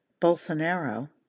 Bolsonaro